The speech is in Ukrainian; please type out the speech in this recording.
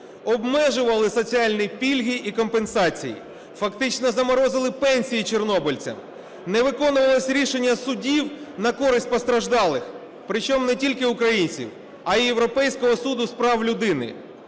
обмежували соціальні пільги і компенсації. Фактично заморозили пенсії чорнобильцям, не виконувалося рішення судів на користь постраждалих, причому не тільки українців, а й Європейського суду з прав людини.